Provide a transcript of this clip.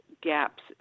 gaps